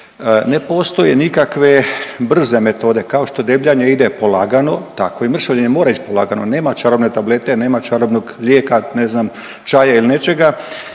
Ne postoje nikakve brze metode, kao što debljanje ide polagano tako i mršavljenje mora ići polagano. Nema čarobne tablete, nema čarobnog lijeka ne znam čaja il nečega